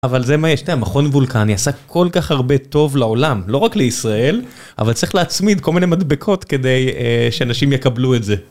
אבל זה מה יש, אתה יודע, מכון וולקני עשה כל כך הרבה טוב לעולם, לא רק לישראל, אבל צריך להצמיד כל מיני מדבקות כדי שאנשים יקבלו את זה.